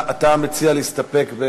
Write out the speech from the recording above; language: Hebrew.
אתה מציע להסתפק?